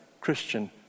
Christian